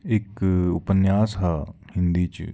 इक उपन्यास हा हिन्दी च जिसी में अनुबाद करा दा हा डोगरी च